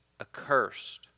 accursed